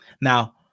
Now